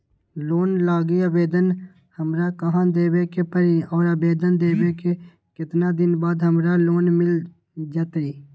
Loan लागी आवेदन हमरा कहां देवे के पड़ी और आवेदन देवे के केतना दिन बाद हमरा लोन मिल जतई?